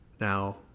Now